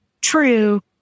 true